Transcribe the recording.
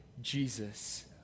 Jesus